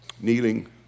kneeling